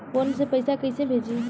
Phone से पैसा कैसे भेजी?